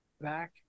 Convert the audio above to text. Back